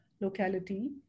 locality